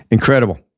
Incredible